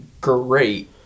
great